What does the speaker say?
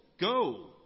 go